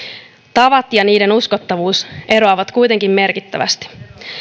tavat ja niiden uskottavuus eroavat kuitenkin merkittävästi